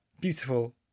beautiful